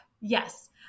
yes